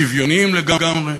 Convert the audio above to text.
שוויוניים לגמרי,